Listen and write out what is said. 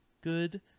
good